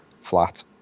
flat